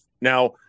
Now